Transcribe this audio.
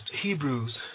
Hebrews